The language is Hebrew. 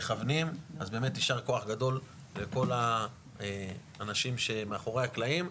אז באמת יישר כוח גדול לכל האנשים שמאחורי הקלעים.